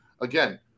again